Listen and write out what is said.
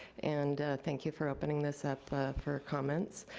and thank you for opening this up for comments.